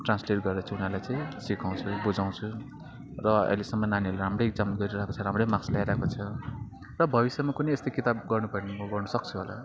translate गरेर चाहिँ उनीहरूलाई चाहिँ सिकाउँछु बुझाउँछु र अहिलेसम्म नानीहरू राम्रै एग्जाम गरिरहेको छ राम्रै मार्क्स ल्याइरहेको छ र भविष्यमा कुनै यस्तो किताब गर्नुपर्यो भने म गर्नुसक्छु होला